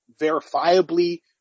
verifiably